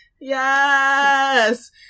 Yes